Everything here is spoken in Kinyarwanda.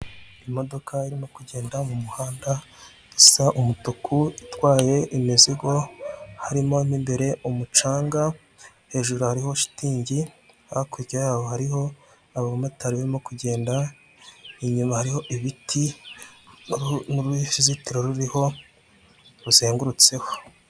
Imodoka irimo kugenda mu muhanda isa umutuku, itwaye imizigo, harimo mo mbere umucanga, hejuru hariho shitingi, hakurya yaho hariho abamotari barimo kugenda, inyuma hariho ibiti n'uruzitiro ruriho, ruzengurutseho.